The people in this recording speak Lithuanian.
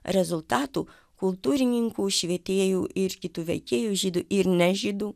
rezultatų kultūrininkų švietėjų ir kitų veikėjų žydų ir ne žydų